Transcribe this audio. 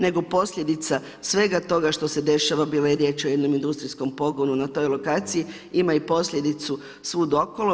Nego posljedica, svega toga što se dešava, bila je riječ o jednoj industrijskom pogonu na toj lokaciji, ima i posljedicu svud okolo.